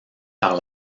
par